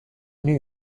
new